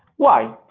why?